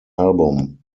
album